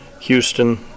Houston